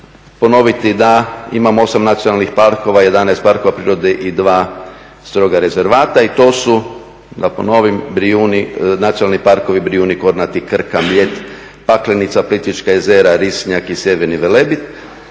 ponoviti da imamo 8 nacionalnih parkova, 11 parkova prirode i 2 stroga rezervata i to su da ponovim Nacionalni parkovi Brijuni, Kornati, Krka, Mljet, Paklenica, Plitvička jezera, Risnjak i Sjeverni Velebit.